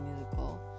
musical